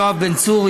יואב בן צור,